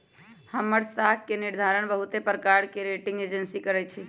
हमर साख के निर्धारण बहुते प्रकार के रेटिंग एजेंसी करइ छै